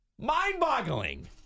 mind-boggling